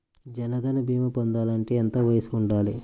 జన్ధన్ భీమా పొందాలి అంటే ఎంత వయసు ఉండాలి?